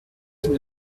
qu’il